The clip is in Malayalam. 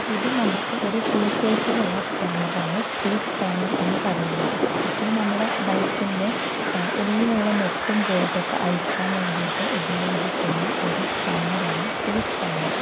ഇതും നമുക്ക് ഒരു ടീ ഷേപ്പിലുള്ള സ്പാനറാണ് ടി സ്പാനർ എന്ന് പറയുന്നത് അത് നമ്മുടെ ബൈക്കിൻ്റെ ഉള്ളിലുള്ള നെട്ടും ബോൾട്ടൊക്കെ അഴിക്കാൻ വേണ്ടിയിട്ട് ഉപയോഗിക്കുന്ന ഒരു സ്പാനറാണ് ടി സ്പാനറ്